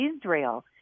Israel